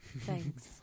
thanks